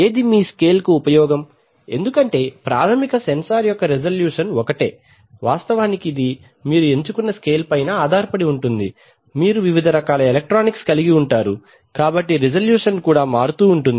ఏది మీ స్కేల్ కు ఉపయోగం ఎందుకంటే ప్రాథమిక సెన్సార్ యొక్క రిజల్యూషన్ ఒకటే వాస్తవానికి ఇది మీరు ఎంచుకున్న స్కేల్ పైన ఆధారపడి ఉంటుంది మీరు వివిధ రకాల ఎలక్ట్రానిక్స్ కలిగి ఉంటారు కాబట్టి రిజల్యూషన్ కూడా మారుతూ ఉంటుంది